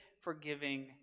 forgiving